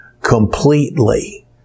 completely